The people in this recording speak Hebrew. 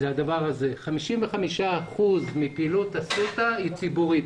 זה ש-55 אחוזים מפעילות אסותא היא ציבורית